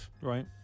Right